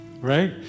right